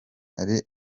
hari